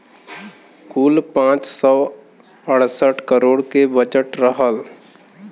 कुल पाँच सौ अड़सठ करोड़ के बजट रहल